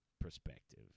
perspective